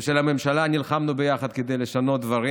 של הממשלה, נלחמנו ביחד כדי לשנות דברים,